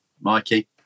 Mikey